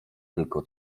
tylko